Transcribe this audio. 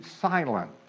silent